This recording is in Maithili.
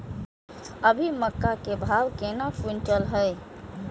अभी मक्का के भाव केना क्विंटल हय?